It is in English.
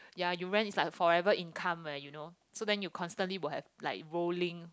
ya you rent is like forever income leh you know so then you constantly will have like bowling